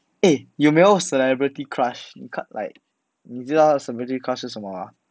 eh 有没有 celebrity crush like 你知道 celebrity crush 是什么吗